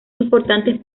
importantes